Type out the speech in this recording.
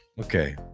Okay